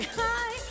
hi